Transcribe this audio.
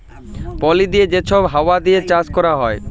পলি দিঁয়ে যে ছব হাউয়া দিঁয়ে চাষ ক্যরা হ্যয়